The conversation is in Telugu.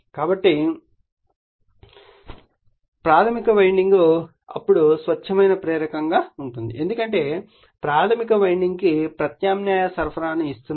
కాబట్టి ప్రాధమిక వైండింగ్ అప్పుడు స్వచ్ఛమైన ప్రేరకంగా ఉంటుంది ఎందుకంటే ప్రాధమిక వైండింగ్కు ప్రత్యామ్నాయ సరఫరాను ఇస్తున్నారు